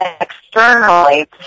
externally